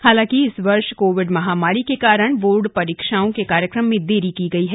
हालांकि इस वर्ष कोविड महामारी के कारण बोर्ड परीक्षाओं के कार्यक्रम में देरी की गई है